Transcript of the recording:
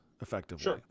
effectively